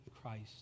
Christ